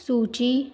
ਸੂਚੀ